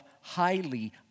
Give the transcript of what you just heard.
highly